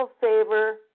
favor